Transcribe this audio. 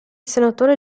senatore